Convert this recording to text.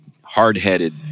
hard-headed